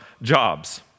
Jobs